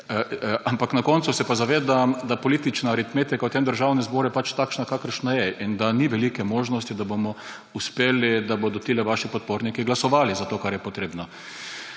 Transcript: Ampak na koncu se pa zavedam, da je politična aritmetika v tem državnem zboru pač takšna, kakršna je, in da ni velike možnosti, da bomo uspeli, da bodo tile vaši podporniki glasovali za to, kar je potrebno.